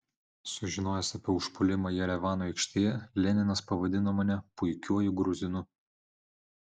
sužinojęs apie užpuolimą jerevano aikštėje leninas pavadino mane puikiuoju gruzinu